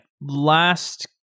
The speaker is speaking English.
Last